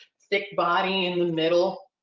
stick body in the middle.